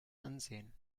ansehen